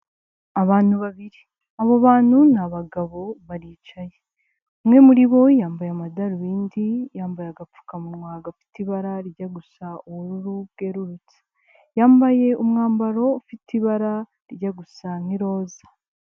Abantu babiri abo bantu ni abagabo baricaye, umwe muri bo yambaye amadarubindi, yambaye agapfukamunwa gafite ibara rijya gusa ubururu bwerurutse, yambaye umwambaro ufite ibara rijya gusa nk'iroza.